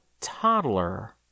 toddler